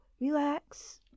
relax